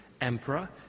Emperor